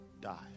die